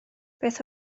beth